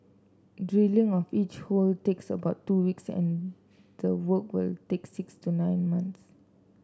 drilling of each hole takes about two weeks and the work will take six to nine months